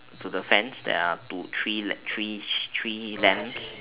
to the fence there are two three three three lambs